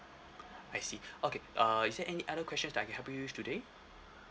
I see okay uh is there any other questions that I can help you with today